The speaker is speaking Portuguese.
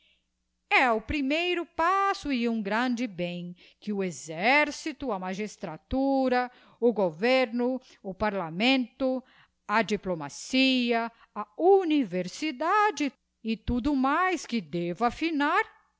e o primeiro passo e um grande bem que o exercito a magistratura o governo o parlamento a diplomacia a universidade e tudo mais que deva finar